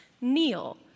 Kneel